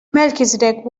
melchizedek